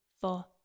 four